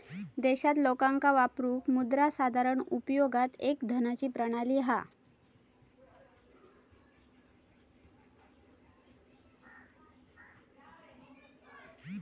देशात लोकांका वापरूक मुद्रा साधारण उपयोगात एक धनाची प्रणाली हा